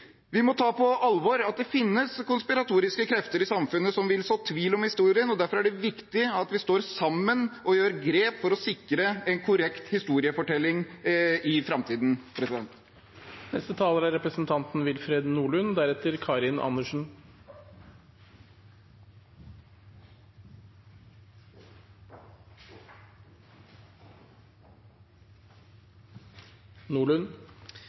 Vi må ta på alvor at det finnes konspiratoriske krefter i samfunnet som vil så tvil om historien. Derfor er det viktig at vi står sammen og gjør grep for å sikre en korrekt historiefortelling i